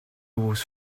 was